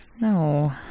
no